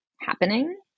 happening